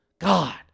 God